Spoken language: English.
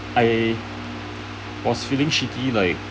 I was feeling shitty like